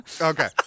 Okay